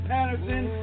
Patterson